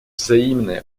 взаимное